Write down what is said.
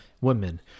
Women